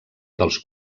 dels